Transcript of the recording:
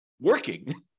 working